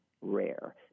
rare